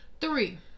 Three